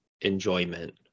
enjoyment